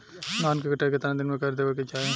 धान क कटाई केतना दिन में कर देवें कि चाही?